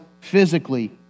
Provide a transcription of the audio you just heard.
physically